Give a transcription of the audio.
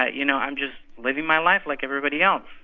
ah you know, i'm just living my life like everybody else.